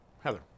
Heather